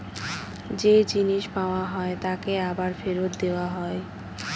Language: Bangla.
যে জিনিস পাওয়া হয় তাকে আবার ফেরত দেওয়া হয়